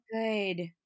Good